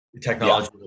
technology